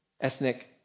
ethnic